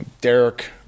Derek